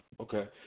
Okay